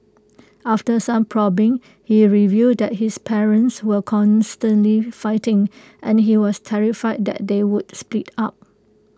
after some probing he revealed that his parents were constantly fighting and he was terrified that they would split up